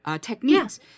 techniques